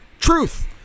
Truth